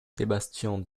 sebastian